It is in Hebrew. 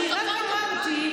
אני שותפה איתם בבית?